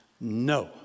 no